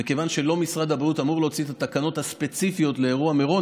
מכיוון שלא משרד הבריאות אמור להוציא את התקנות הספציפיות לאירוע מירון,